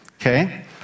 okay